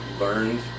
learned